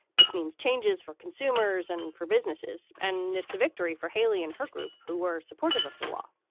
this means changes for consumers and for businesses. and it's a victory for haley and her group who were supportive of the law.